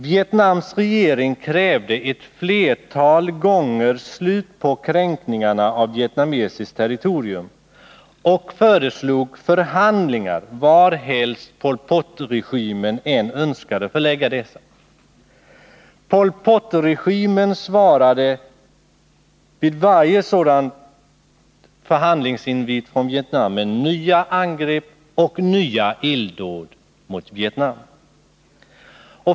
Vietnams regering krävde ett flertal gånger slut på kränkningarna av vietnamesiskt territorium och föreslog förhandlingar varhelst Pol Pot-regimen än önskade förlägga dessa. Pol Pot-regimen svarade vid varje sådan förhandlingsinvit från Vietnam med nya angrepp och nya illdåd mot Vietnam.